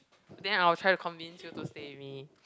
then I will try to convince you to stay with me